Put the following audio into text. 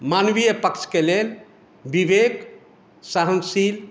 मानवीय पक्षके लेल विवेक सहनशील